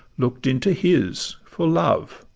look'd into his for love,